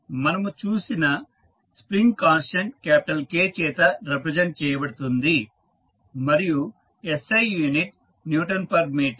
మనము చూసిన spring constant capital K చేత రిప్రజెంట్ చేయబడుతుంది మరియు SI unit newton per metre